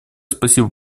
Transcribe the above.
спасибо